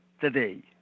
today